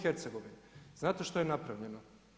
Znate što je napravljeno?